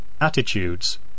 attitudes